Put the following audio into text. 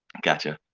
gotcha.